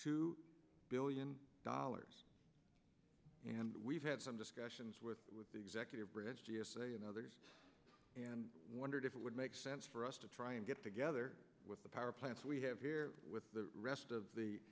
two billion dollars and we've had some discussions with the executive branch g s a and others and wondered if it would make sense for us to try and get together with the power plants we have with the rest of the